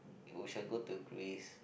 we shall go to Greece